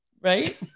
Right